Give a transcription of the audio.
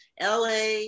la